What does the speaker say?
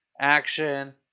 action